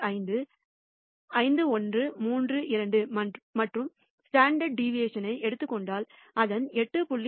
5 5132 மற்றும் standard deviation எடுத்துக் கொண்டால் அதன் 8